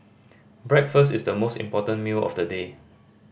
breakfast is the most important meal of the day